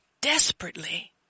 desperately